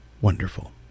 wonderful